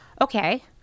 Okay